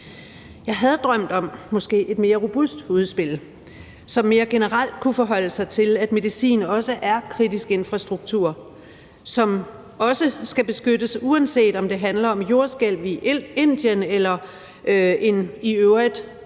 Jeg havde måske drømt om et mere robust udspil, som mere generelt kunne forholde sig til, at medicin også er kritisk infrastruktur, som også skal beskyttes, uanset om det handler om jordskælv i Indien eller en i øvrigt